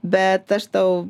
bet aš tau